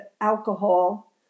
alcohol